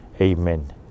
Amen